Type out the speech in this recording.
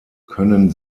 können